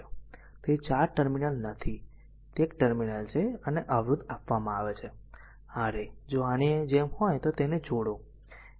તેથી તે 4 ટર્મિનલ નથી તે એક ટર્મિનલ છે અને અવરોધ આપવામાં આવે છે a a R a જો આની જેમ હોય તો જોડો